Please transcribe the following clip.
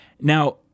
Now